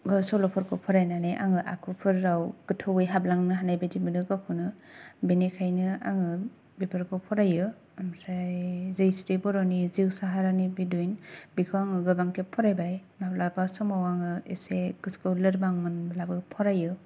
सल'फोरखौ फरायनानै आङो आखुफोराव गोथौयै हाबलांनो हानायबायदि मोनो गावखौनो बेनिखायनो आङो बेफोरखौ फरायो ओमफ्राय जैस्रि बर'नि जिउ साहारानि बिदुइन बेखौ आङो गोबां खेब फरायबाय माब्लाबा समाव आङो एसे गोसोखौ लोरबां मोनब्लाबो फरायो